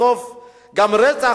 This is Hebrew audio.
לפעמים גם רצח,